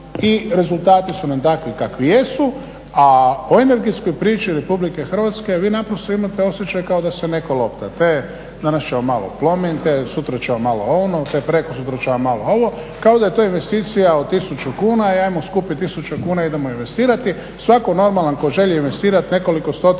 i rezultati su nam takvi kakvi jesu a o energetskoj priči RH vi naprosto imate osjećaj kao da se netko lopta te da danas ćemo malo Plomin, sutra ćemo malo ono, te prekosutra ćemo malo ovo, kao da je to investicija od tisuću kuna i ajmo skupiti tisuću kuna i svatko normalan tko želi investirati nekoliko stotina